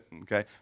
okay